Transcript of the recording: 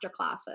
masterclasses